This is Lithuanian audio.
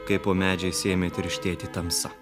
kai po medžiais ėmė tirštėti tamsa